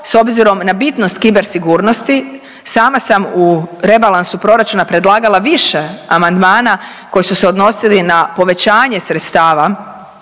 s obzirom na bitnost kiber sigurnosti sama sam u rebalansu proračuna predlagala više amandmana koji su se odnosili na povećanje sredstava